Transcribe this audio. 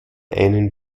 einen